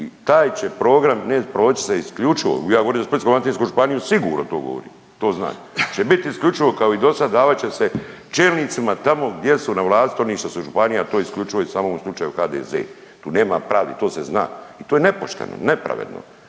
i taj će program ne proći se isključivo, ja govorim o Splitsko-dalmatinskoj županiji, sigurno to govorim, to znam, da će bit isključivo kao i dosad, davat će se čelnicima tamo gdje su na vlasti oni što su iz županija to je isključivo i samo u slučaju HDZ, tu nema pravde, to se zna i to je nepošteno, nepravedno